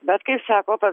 bet kaip sako pats